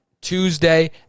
Tuesday